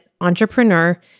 entrepreneur